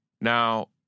Now